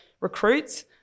recruits